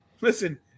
listen